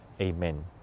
Amen